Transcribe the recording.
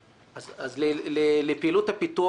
של בתי מרקחת חיצוניים לבתי מרקחת של כללית,